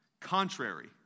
contrary